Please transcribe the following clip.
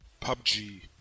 PUBG